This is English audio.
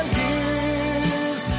years